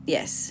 Yes